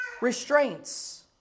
restraints